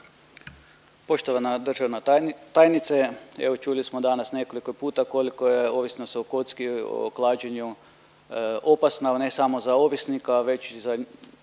Poštovana državna tajnice, evo čuli smo danas nekoliko puta koliko je ovisnost o kocki, o klađenju opasna, ne samo za ovisnika već i za